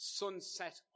sunset